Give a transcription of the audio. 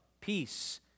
peace